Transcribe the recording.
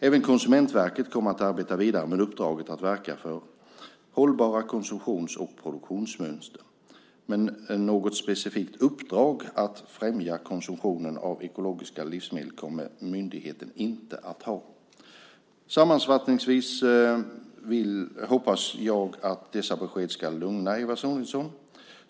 Även Konsumentverket kommer att arbeta vidare med uppdraget att verka för hållbara konsumtions och produktionsmönster, men något specifikt uppdrag att främja konsumtionen av ekologiska livsmedel kommer myndigheten inte att ha. Sammanfattningsvis hoppas jag att dessa besked ska lugna Eva Sonidsson.